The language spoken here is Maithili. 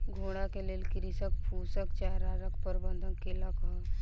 घोड़ा के लेल कृषक फूसक चाराक प्रबंध केलक